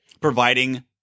providing